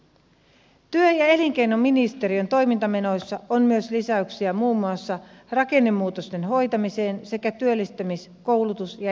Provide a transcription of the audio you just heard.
työ ja elinkeinoministeriön toimintamenoissa on myös lisäyksiä muun muassa rakennemuutosten hoitamiseen sekä työllistämis koulutus ja erityistoimien määrärahaan